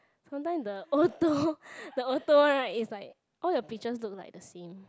sometime the auto the auto right is like all the pictures look like the same